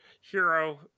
hero